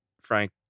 Frank